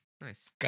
Nice